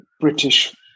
British